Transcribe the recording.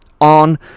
on